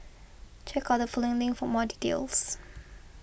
check out the following link for more details